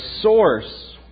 source